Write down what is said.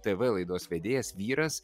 tv laidos vedėjas vyras